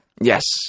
yes